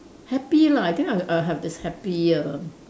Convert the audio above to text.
happy lah I think I'll I'll have this happier